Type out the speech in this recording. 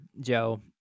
Joe